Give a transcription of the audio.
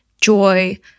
joy